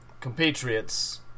compatriots